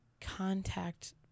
contact